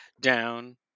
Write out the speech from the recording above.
down